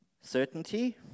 Certainty